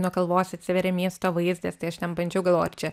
nuo kalvos atsiveria miesto vaizdas tai aš ten bandžiau galvot čia